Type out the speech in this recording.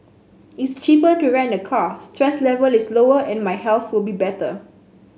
it's cheaper to rent a car stress level is lower and my health will be better